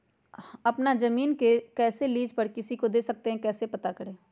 अपना जमीन को कैसे लीज पर किसी को दे सकते है कैसे पता करें?